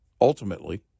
ultimately